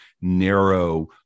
narrow